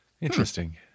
Interesting